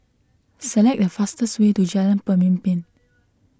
select the fastest way to Jalan Pemimpin